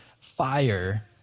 fire